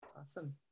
awesome